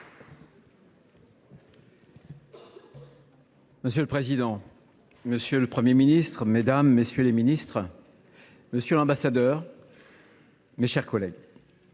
Monsieur le président, monsieur le Premier ministre, mesdames, messieurs les ministres, monsieur l’ambassadeur, mes chers collègues,